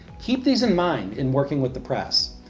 keep these in mind in working with the press.